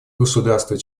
государства